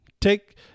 take